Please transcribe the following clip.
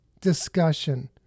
discussion